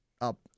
up